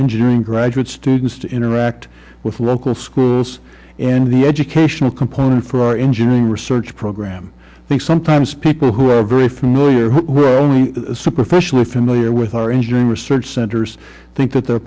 engineering graduate students to interact with local schools and the educational component for our engineering research program i think sometimes people who are very familiar who are only superficially familiar with our engineering research centers think that their